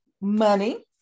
money